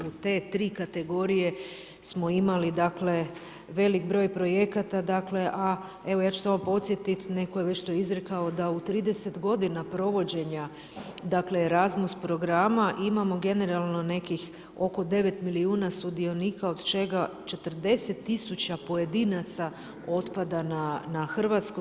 U te tri kategorije smo imali veliki broj projekata a evo ja ću samo podsjetiti, netko je već to izrekao, da u 30 godina provođenja ERASMUS programa imamo generalno nekih oko 9 milijuna sudionika od čega 40 tisuća pojedinaca otpada na Hrvatsku.